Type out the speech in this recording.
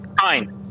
fine